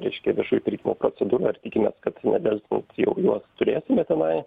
reiškia viešųjų pirkimų procedūra ir tikimės kad nedelsiant jau juos turėsime tenai